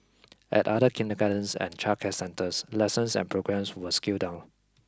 at other kindergartens and childcare centres lessons and programmes were scaled down